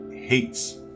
hates